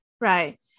Right